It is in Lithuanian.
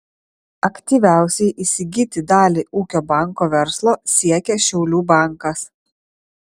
aktyviausiai įsigyti dalį ūkio banko verslo siekia šiaulių bankas